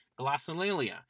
Glossolalia